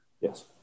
Yes